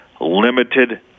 limited